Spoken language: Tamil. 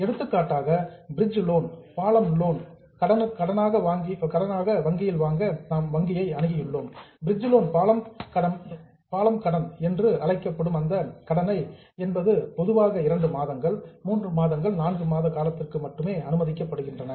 எடுத்துக்காட்டாக பிரிட்ஜ் லோன் பாலம் கடனுக்காக வங்கியை அணுகி உள்ளோம் பிரிட்ஜ் லோன் பாலம் கடன் என்பது பொதுவாக 2 மாதங்கள் 3 மாதங்கள் 4 மாத காலத்திற்கு மட்டுமே அனுமதிக்கப்படுகிறது